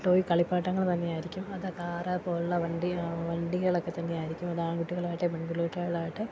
toy കളിപ്പാട്ടങ്ങൾ തന്നെയായിരിക്കും അത് കാറ് പോലുള്ള വണ്ടി വണ്ടികളൊക്കെ തന്നെ ആയിരിക്കും അത് ആൺകുട്ടികളാട്ടെ പെൺക്കുട്ടികളാകട്ടെ